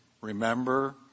remember